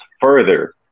further